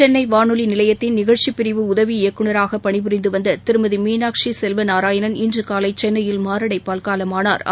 சென்னைவானொலிநிலையத்தின் நிகழ்ச்சிப் பிரிவு உதவி இயக்குநராகபணிபுரிந்துவந்ததிருமதிமீனாட்சிசெல்வநாராயணன் இன்றுகாலைசென்னையில் மாரடைப்பால் காலமானா்